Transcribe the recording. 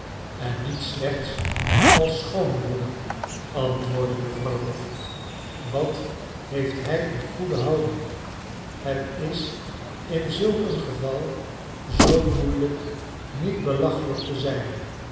en niet slechts als schoonbroeder antwoordde mevrouw lwof wat heeft hij een goede houding het is in zulk een geval zoo moeielijk niet belachelijk te zijn